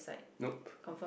nope